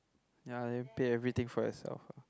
ya then pay everything for yourself ah